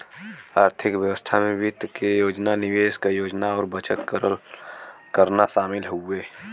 आर्थिक व्यवस्था में वित्त क योजना निवेश क योजना और बचत करना शामिल हउवे